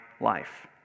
life